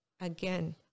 again